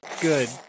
good